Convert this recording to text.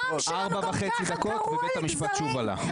העם שלנו גם ככה קרוע לגזרים,